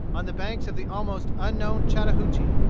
on the banks of the almost unknown chattahoochee,